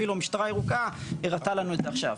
אפילו המשטרה הירוקה הראתה לנו את זה עכשיו.